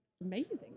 Amazing